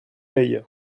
œil